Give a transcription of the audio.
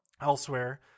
elsewhere